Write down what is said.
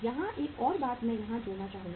यहाँ एक और बात मैं यहाँ जोड़ना चाहूँगा